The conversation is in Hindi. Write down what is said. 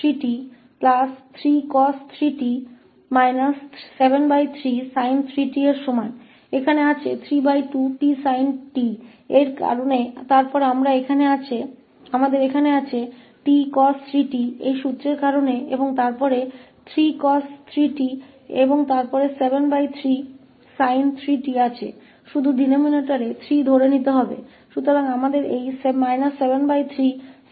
फिर इस वजह से हमारे पास यहां 32 t sin3t है फिर हमारे पास इस सूत्र के कारण 𝑡 cos 3𝑡 है और फिर 3 cos 3𝑡 और फिर 73sin 3t हर पर 3 होने की भरपाई करने के लिए है